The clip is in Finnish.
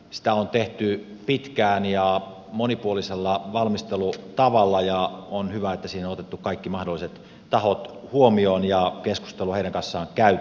sitä on tehty pitkään ja monipuolisella valmistelutavalla ja on hyvä että siinä on otettu kaikki mahdolliset tahot huomioon ja keskustelua on heidän kanssaan käyty